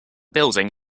building